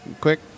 quick